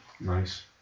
nice